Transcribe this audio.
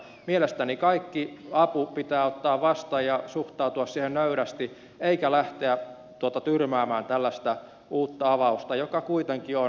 mielestäni kaikki apu pitää ottaa vastaan ja suhtautua siihen nöyrästi eikä lähteä tyrmäämään tällaista uutta avausta joka kuitenkin on